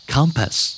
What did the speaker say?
Compass